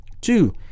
Two